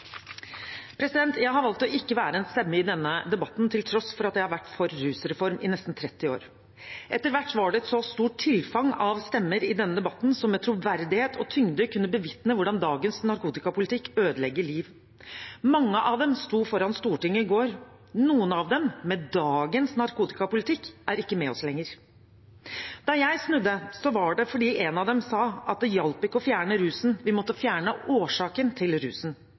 Jeg har valgt å ikke være en stemme i denne debatten, til tross for at jeg har vært for en rusreform i nesten 30 år. Etter hvert var det et så stort tilfang av stemmer i denne debatten som med troverdighet og tyngde kunne bevitne hvordan dagens narkotikapolitikk ødelegger liv. Mange av dem sto foran Stortinget i går, noen av dem, med dagens narkotikapolitikk, er ikke med oss lenger. Da jeg snudde, var det fordi en av dem sa at det ikke hjalp å fjerne rusen; vi måtte fjerne årsaken til rusen.